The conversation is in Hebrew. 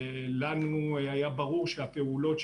לנו היה ברור שהפעולות,